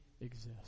exist